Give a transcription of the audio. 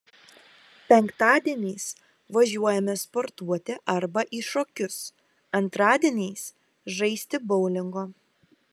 penktadieniais važiuojame sportuoti arba į šokius antradieniais žaisti boulingo